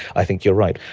i think you're right.